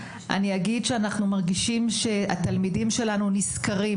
אנחנו מרגישים שהתלמידים שלנו נשכרים